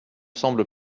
semble